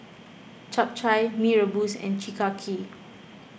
Chap Chai Mee Rebus and Chi Kak Kuih